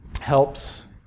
helps